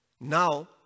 Now